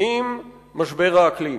עם משבר האקלים.